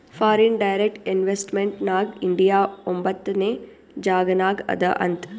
foreign direct investment ನಾಗ್ India ಒಂಬತ್ನೆ ಜಾಗನಾಗ್ ಅದಾ ಅಂತ್